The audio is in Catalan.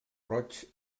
roig